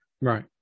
Right